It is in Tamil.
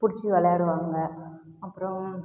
பிடிச்சி விளையாடுவாங்க அப்புறம்